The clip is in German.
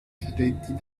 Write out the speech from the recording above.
studentin